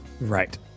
right